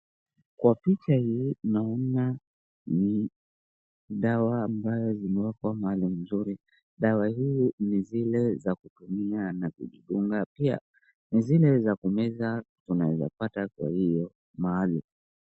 Kwa picha hii naona ni dawa ambazo zimewekwa mahali mzuri dawa hii ni zile za kutumia na kujidunga na pia ni zile za kumeza tunaweza pata kwa hiyo mahali.